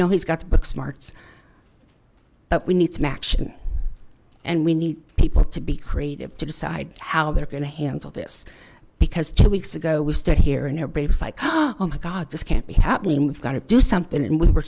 know he's got the book smarts but we need some action and we need people to be creative to decide how they're gonna handle this because two weeks ago we stood here and everybody was like oh my god this can't be happening we've got to do something and we were